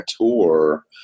tour